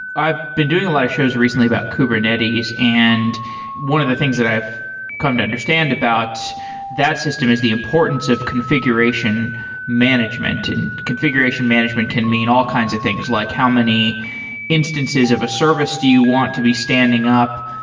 i've been doing a lot of shows recently about kubernetes. and one of the things that i've come to understand about that system is the importance of configuration management, and configuration management can mean all kinds of things, like how many instances of a service do you want to be standing up?